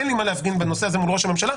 אין לי מה להפגין בעניין הזה מול ראש הממשלה,